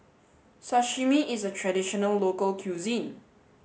Sashimi is a traditional local cuisine